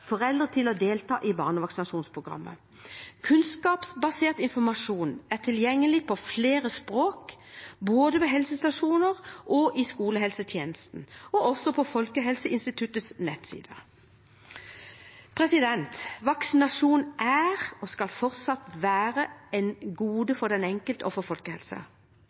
foreldre til å delta i barnevaksinasjonsprogrammet. Kunnskapsbasert informasjon er tilgjengelig på flere språk både på helsestasjoner, i skolehelsetjenesten og på Folkehelseinstituttets nettsider. Vaksinasjon er – og skal fortsatt være – et gode for den enkelte og for